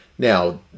Now